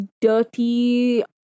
dirty